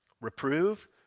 Reprove